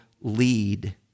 lead